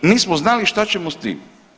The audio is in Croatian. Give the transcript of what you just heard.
Nismo znali šta ćemo s tim.